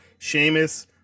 Seamus